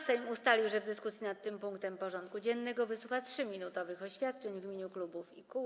Sejm ustalił, że w dyskusji nad tym punktem porządku dziennego wysłucha 3-minutowych oświadczeń w imieniu klubów i kół.